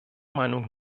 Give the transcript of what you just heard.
meinung